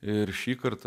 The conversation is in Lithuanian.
ir šįkart